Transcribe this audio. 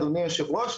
אדוני היושב-ראש,